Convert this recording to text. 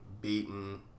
beaten